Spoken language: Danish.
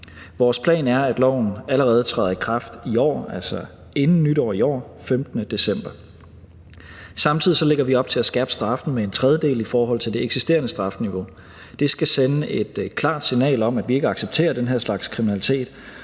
Vores plan er, at loven allerede træder i kraft i år, altså inden nytår i år, nemlig den 15. december. Samtidig lægger vi op til at skærpe straffen med en tredjedel i forhold til det eksisterende straffeniveau. Det skal sende et klart signal om, at vi ikke accepterer den her slags kriminalitet,